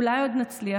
אולי עוד נצליח,